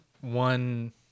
one